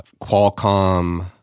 Qualcomm